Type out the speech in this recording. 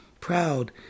proud